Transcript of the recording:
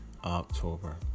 October